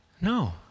no